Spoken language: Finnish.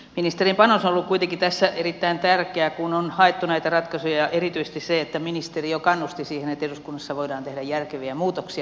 ministerin panos on ollut kuitenkin tässä erittäin tärkeä kun on haettu näitä ratkaisuja erityisesti se että ministeri jo kannusti siihen että eduskunnassa voidaan tehdä järkeviä muutoksia